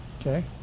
okay